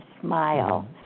smile